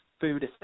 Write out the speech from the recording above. Food